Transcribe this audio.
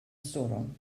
storm